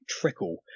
trickle